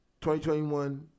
2021